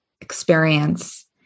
experience